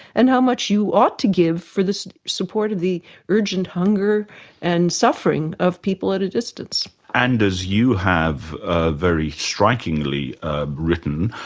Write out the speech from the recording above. and how much you ought to give for the support of the urgent hunger and suffering of people at a distance. and as you have ah very strikingly written,